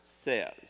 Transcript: says